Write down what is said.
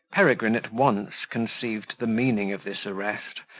peregrine at once conceived the meaning of this arrest,